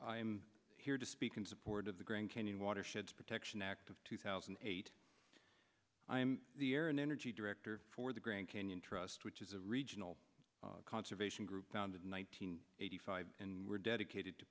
i'm here to speak in support of the grand canyon watersheds protection act of two thousand and eight i am the air and energy director for the grand canyon trust which is a regional conservation group founded in one thousand eighty five and we're dedicated to